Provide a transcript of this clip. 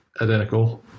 identical